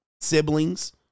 siblings